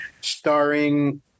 starring